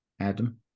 Adam